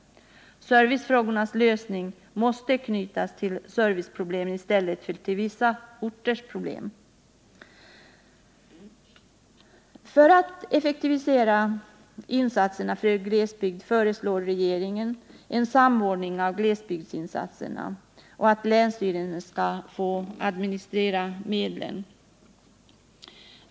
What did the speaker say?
Servicefrågornas lösning måste knytas till serviceproblemen i stället för till vissa orters problem. För att effektivisera insatserna föreslår regeringen en samordning av glesbygdsinsatserna och att länsstyrelserna får administrera medlen.